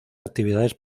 actividades